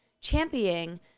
championing